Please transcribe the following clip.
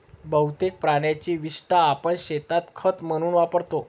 बहुतेक प्राण्यांची विस्टा आपण शेतात खत म्हणून वापरतो